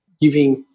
giving